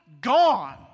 gone